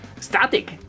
static